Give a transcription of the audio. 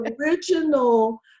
original